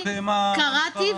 קראתי,